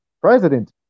president